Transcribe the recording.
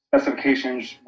specifications